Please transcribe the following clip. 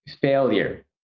failure